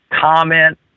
Comment